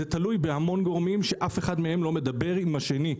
זה תלוי בהמון גורמים שאף אחד מהם לא מדבר עם השני.